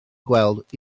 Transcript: gweld